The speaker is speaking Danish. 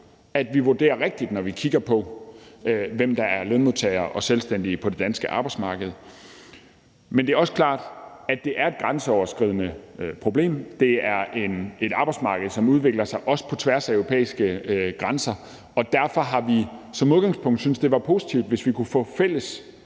at vi vurderer rigtigt, når vi kigger på, hvem der er lønmodtagere og selvstændige på det danske arbejdsmarked. Men det er også klart, at det er et grænseoverskridende problem. Det er et arbejdsmarked, som også udvikler sig på tværs af europæiske grænser, og derfor har vi som udgangspunkt syntes, det var positivt, hvis vi kunne få fælles